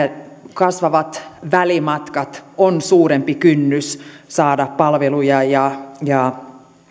kasvavat välimatkat ovat suurempi kynnys saada palveluja ja ja